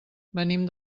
venim